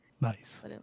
Nice